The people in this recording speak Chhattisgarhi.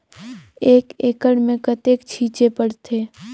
एक एकड़ मे कतेक छीचे पड़थे?